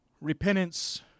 Repentance